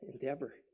endeavor